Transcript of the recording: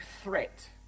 threat